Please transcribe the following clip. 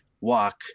walk